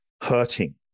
hurting